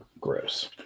Gross